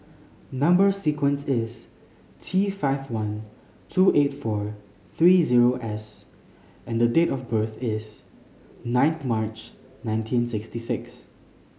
number sequence is T five one two eight four three zero S and date of birth is ninth March nineteen sixty six